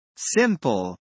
Simple